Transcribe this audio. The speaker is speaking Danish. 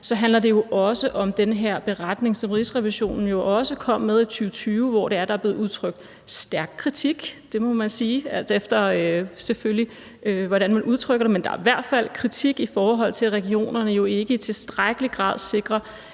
handler det jo også om den her beretning, som Rigsrevisionen kom med i 2020, hvor der blev udtrykt stærk kritik. Det må man sige, ligegyldigt hvordan man selvfølgelig udtrykker det. Der var i hvert fald kritik af, at regionerne jo ikke i tilstrækkelig grad sikrer,